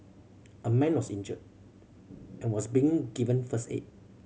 a man was injured and was being given first aid